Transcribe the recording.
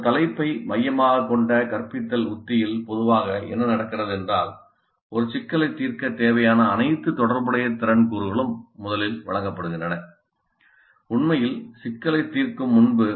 ஒரு தலைப்பை மையமாகக் கொண்ட கற்பித்தல் உத்தியில் பொதுவாக என்ன நடக்கிறது என்றால் ஒரு சிக்கலைத் தீர்க்கத் தேவையான அனைத்து தொடர்புடைய திறன் கூறுகளும் முதலில் வழங்கப்படுகின்றன உண்மையில் சிக்கலைத் தீர்க்கும் முன்பு